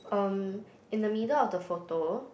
um in the middle of the photo